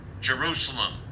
Jerusalem